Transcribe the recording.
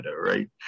right